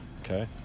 Okay